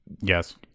yes